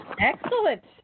Excellent